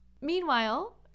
Meanwhile